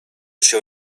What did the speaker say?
cię